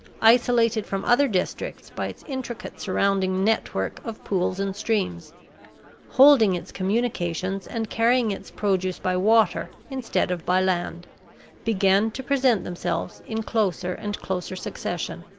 isolated from other districts by its intricate surrounding network of pools and streams holding its communications and carrying its produce by water instead of by land began to present themselves in closer and closer succession.